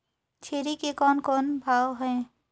छेरी के कौन भाव हे?